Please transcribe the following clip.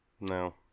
No